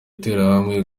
interahamwe